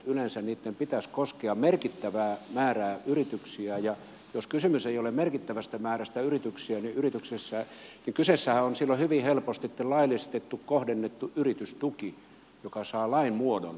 yleensä verohelpotusten pitäisi koskea merkittävää määrää yrityksiä ja jos kysymys ei ole merkittävästä määrästä yrityksiä niin kyseessähän on silloin hyvin helposti laillistettu kohdennettu yritystuki joka saa lain muodon